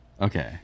Okay